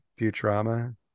Futurama